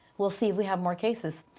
we'll see if we have more cases,